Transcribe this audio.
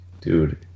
Dude